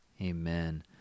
Amen